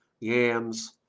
yams